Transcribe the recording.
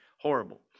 Horrible